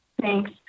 thanks